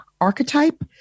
archetype